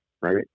right